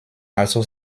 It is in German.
also